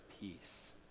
peace